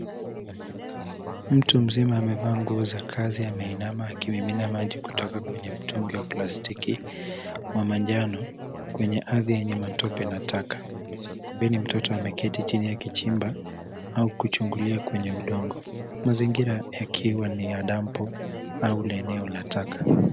Mtu mzima amevaa nguo za kazi, ameinama akimimina maji kutoka kwenye mtungi wa plastiki wa manjano kwenye ardhi yenye matope na taka. Pembeni mtoto ameketi chini akichimba au kuchungulia kwenye udongo. Mazingira yakiwa ni ya dampo au la eneo la taka.